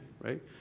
right